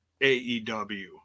AEW